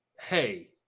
hey